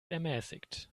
ermäßigt